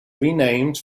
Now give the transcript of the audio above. renamed